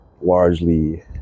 largely